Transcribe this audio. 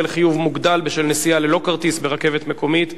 (חיוב מוגדל בשל נסיעה ללא כרטיס ברכבת מקומית,